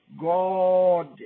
God